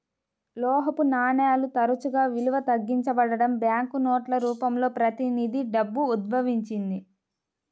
లోహపు నాణేలు తరచుగా విలువ తగ్గించబడటం, బ్యాంకు నోట్ల రూపంలో ప్రతినిధి డబ్బు ఉద్భవించింది